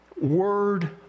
word